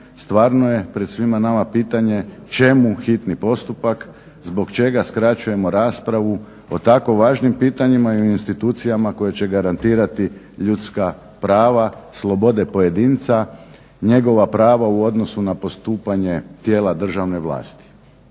Stvarno je pred svima nama pitanje čemu hitni postupak, zbog čega skraćujemo raspravu o tako važnim pitanjima i o institucijama koje će garantirati ljudska prava, slobode pojedinca, njegova prava u odnosu na postupanje tijela državne vlasti.